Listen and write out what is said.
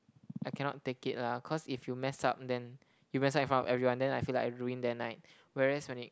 I cannot take it lah cause if you mess up then you mess up in front of everyone then I feel like I ruin their night whereas when it